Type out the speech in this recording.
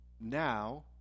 now